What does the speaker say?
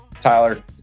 Tyler